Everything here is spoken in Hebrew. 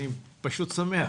אני פשוט שמח,